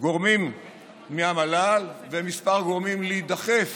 גורמים מהמל"ל וגורמים אחרים